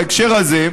בהקשר הזה,